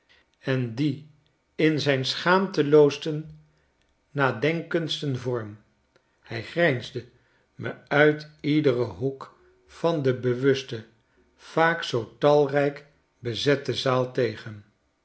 en die in zijn schaamteloossten nakendsten vorm hy grijnsde me uit iederen hoek van de bewuste vaak zoo talrijk bezette zaal tegen